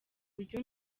buryo